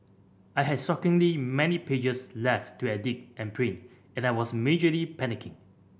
I had shockingly many pages left to edit and print and I was majorly panicking